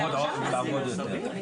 בשעה 13:05) אנחנו מחדשים את הדיון.